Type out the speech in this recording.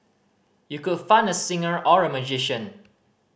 you could fund a singer or a magician